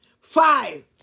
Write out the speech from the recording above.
Five